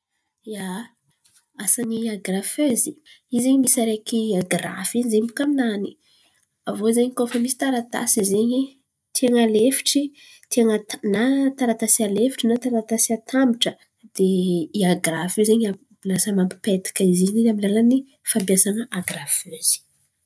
Ia, asany agirafezy in̈y ze misy araiky agirafy in̈y zen̈y baka aminany. Aviô ze koa fa misy taratasy zen̈y tian̈a alefitry tian̈a alefitry na taratasy alefitry na taratasy atambatra. De iagirafy io ze lasa mampipetaka izy in̈y ze amin’ny alalan’ny fampiasan̈a agirafezy.